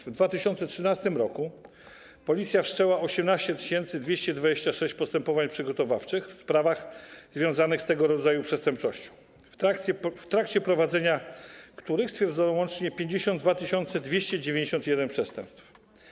W 2013 r. Policja wszczęła 18 226 postępowań przygotowawczych w sprawach związanych z tego rodzaju przestępczością, w trakcie prowadzenia których stwierdzono łącznie 52 291 przestępstw.